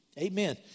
Amen